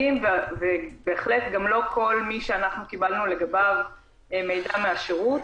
המבודדים ושבהחלט גם לא כל מי שאנחנו קיבלנו לגביו מידע מהשירות.